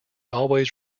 always